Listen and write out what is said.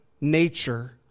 nature